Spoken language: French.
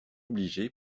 obligé